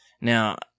Now